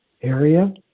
area